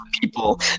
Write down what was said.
People